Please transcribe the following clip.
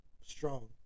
strong